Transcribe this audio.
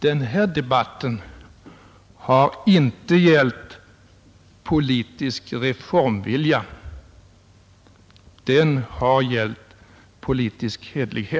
Denna debatt har inte gällt politisk reformvilja, den har gällt politisk realism, politisk hederlighet!